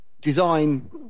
design